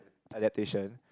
adaptation